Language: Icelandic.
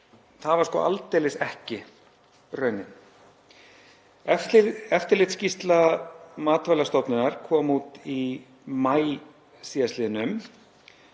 Það var sko aldeilis ekki raunin. Eftirlitsskýrsla Matvælastofnunar kom út í maí síðastliðnum